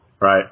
Right